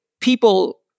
people